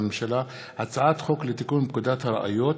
המאתיים-וארבע-עשרה של הכנסת העשרים יום שלישי,